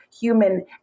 human